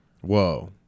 whoa